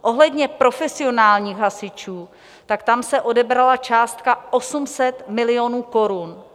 Ohledně profesionálních hasičů, tam se odebrala částka 800 milionů korun.